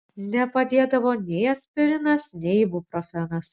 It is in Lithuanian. nepadėdavo nei aspirinas nei ibuprofenas